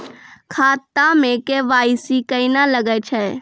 खाता मे के.वाई.सी कहिने लगय छै?